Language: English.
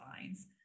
lines